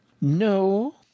No